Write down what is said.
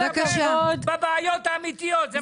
במקום לטפל בבעיות האמיתיות.